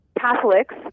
Catholics